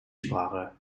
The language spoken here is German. sprache